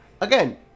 again